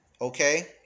Okay